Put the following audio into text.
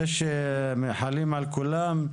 זה שהם חלים על כולם,